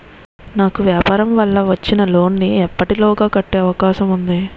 నాకు వ్యాపార వల్ల వచ్చిన లోన్ నీ ఎప్పటిలోగా కట్టే అవకాశం ఉంది?